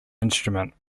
instrument